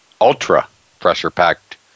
ultra-pressure-packed